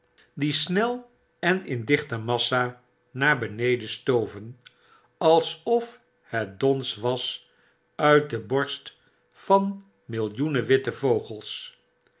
die snel en in dichte massa naar beneden stoven alsof het dons was uit de borst van millioenen witte vogels